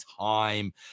time